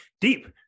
deep